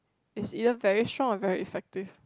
is either very strong or very effective